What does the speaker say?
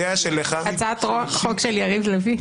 הצעת חוק של יריב לוין.